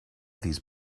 these